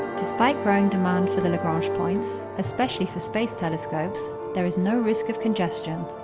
despite growing demand for the lagrange points, especially for space telescopes, there is no risk of congestion.